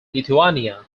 lithuania